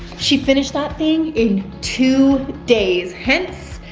she finished that thing in two days, hence,